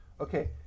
Okay